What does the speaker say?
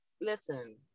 Listen